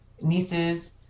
nieces